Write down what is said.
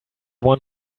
one